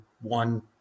one